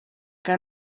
que